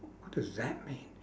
what does that mean